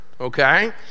okay